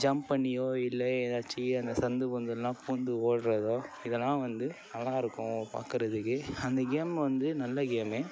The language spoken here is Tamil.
ஜம்ப் பண்ணியோ இல்லை எதாச்சு அந்த சந்து பொந்துலேலாம் பூந்து ஓடுகிறதோ இதெல்லாம் வந்து நல்லாயிருக்கும் பார்க்குறதுக்கு அந்த கேம் வந்து நல்ல கேமு